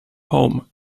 home